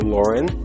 Lauren